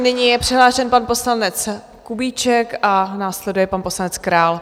Nyní je přihlášen pan poslanec Kubíček a následuje pan poslanec Král.